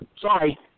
Sorry